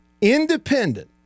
independent